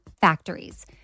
factories